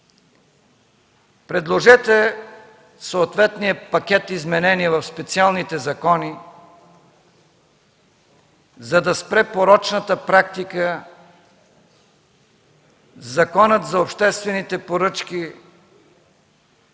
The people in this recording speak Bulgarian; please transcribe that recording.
предложете съответния пакет изменения в специалните закони, за да спре порочната практика Законът за обществените поръчки,